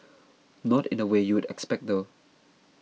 not in the way you'd expect though